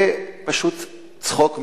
זה פשוט צחוק מהעבודה.